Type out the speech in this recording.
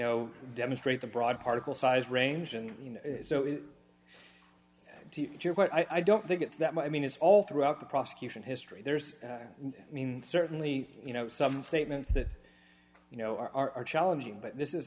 know demonstrate the broad particle size range and i don't think it's that i mean it's all throughout the prosecution history there's i mean certainly you know some statements that you know are challenging but this is